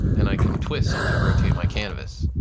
and i can twist to rotate my canvas.